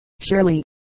Surely